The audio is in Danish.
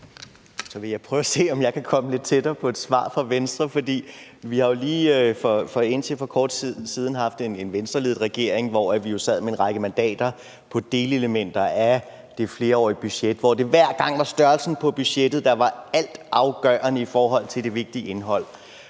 vil prøve at se, om jeg kan komme lidt tættere på at få et svar fra Venstre, for vi har jo lige, indtil for kort tid siden, haft en Venstreledet regering, hvor vi sad med en række mandater på delelementer af det flerårige budget, og hvor det hver gang var størrelsen på budgettet, der var altafgørende i forhold til det vigtige indhold.